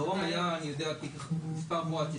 בדרום היה מספר מועט,